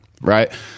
right